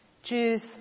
Jews